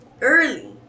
early